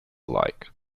alike